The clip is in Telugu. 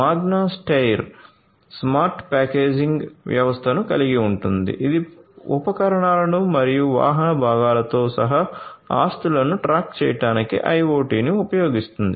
మాగ్నా స్టెయిర్ స్మార్ట్ ప్యాకేజింగ్ వ్యవస్థను కలిగి ఉంది ఇది ఉపకరణాలు మరియు వాహన భాగాలతో సహా ఆస్తులను ట్రాక్ చేయడానికి IoT ని ఉపయోగిస్తుంది